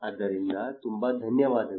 ಆದ್ದರಿಂದ ತುಂಬಾ ಧನ್ಯವಾದಗಳು